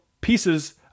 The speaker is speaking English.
pieces